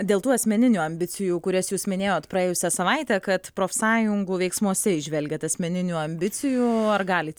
dėl tų asmeninių ambicijų kurias jūs minėjot praėjusią savaitę kad profsąjungų veiksmuose įžvelgiat asmeninių ambicijų ar galit